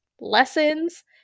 lessons